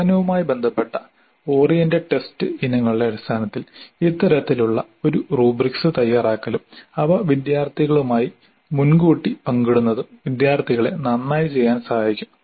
പ്രകടനവുമായി ബന്ധപ്പെട്ട oriented test ഇനങ്ങളുടെ അടിസ്ഥാനത്തിൽ ഇത്തരത്തിലുള്ള ഒരു റൈബ്രിക്സ് തയ്യാറാക്കലും അവ വിദ്യാർത്ഥികളുമായി മുൻകൂട്ടി പങ്കിടുന്നതും വിദ്യാർത്ഥികളെ നന്നായി ചെയ്യാൻ സഹായിക്കും